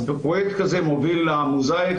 אז בפרויקט כזה מוביל ה-Mosaic.